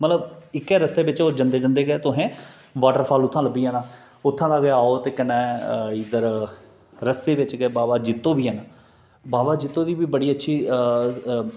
मतलब इक्कै रस्ते बिचा ओह् जंदे जंदे गै मतलब तुसें बाटरफाल उत्थूं दा लब्भी जाना उत्थूं दा गै आओ कन्नै इद्धर रस्ते बिच गै बाबा जित्तो बी हैन बाबा जित्तो दी बी बड़ी अच्छी